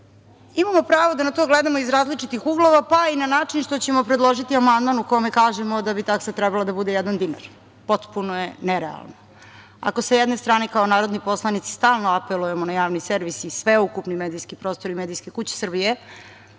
pravo da na to gledamo iz različitih uglova pa i na način što ćemo predložiti amandman u kome kažemo da bi taksa trebalo da bude jedan dinar. Potpuno je nerealno. Ako sa jedne strane, kao narodni poslanici, stalno apelujemo na Javni servis i sveukupni medijski prostor i medijske kuće Srbije,